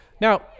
Now